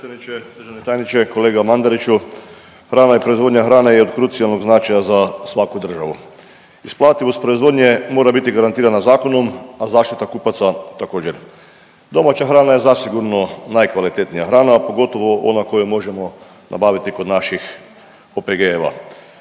prava proizvodnja hrane je od krucijalnog značaja za svaku državu. Isplativost proizvodnje mora biti garantirana zakonom, a zaštita kupaca također. Domaća hrana je zasigurno najkvalitetnija hrana, a pogotovo ona koju možemo nabaviti kod naših OPG-ova.